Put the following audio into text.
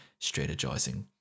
strategizing